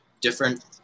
different